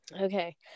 Okay